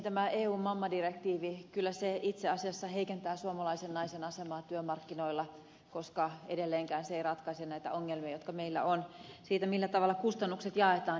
tämä eun mammadirektiivi kyllä itse asiassa heikentää suomalaisen naisen asemaa työmarkkinoilla koska edelleenkään se ei ratkaise näitä ongelmia jotka meillä on siitä millä tavalla kustannukset jaetaan